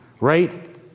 right